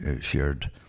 shared